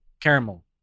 caramel